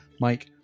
mike